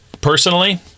personally